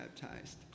baptized